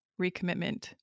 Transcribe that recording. recommitment